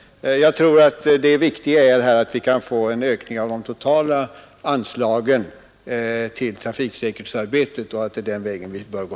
Jag tror att det viktiga är att vi kan få till stånd en ökning av de totala anslagen till trafiksäkerhetsarbetet och att det är den vägen vi bör gå.